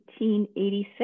1886